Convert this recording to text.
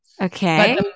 Okay